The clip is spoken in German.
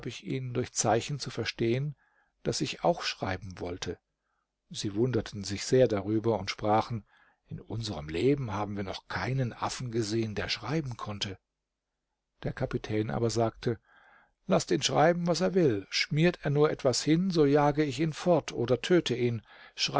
ihnen durch zeichen zu verstehen daß ich auch schreiben wollte sie wunderten sich sehr darüber und sprachen in unserem leben haben wir noch keinen affen gesehen der schreiben konnte der kapitän aber sagte laßt ihn schreiben was er will schmiert er nur etwas hin so jage ich ihn fort oder töte ihn